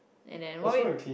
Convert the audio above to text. and then while it